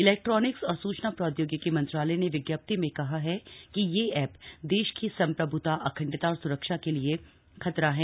electronics और सूचना प्रौद्योगिकी मंत्रालय ने विज्ञप्ति में कहा है कि ये एप देश की संप्रभुता अखंडता और सुरक्षा के लिए खतरा है